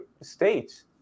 states